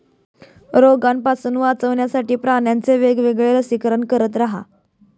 रोगापासून वाचवण्यासाठी प्राण्यांचे वेळोवेळी लसीकरण करत रहा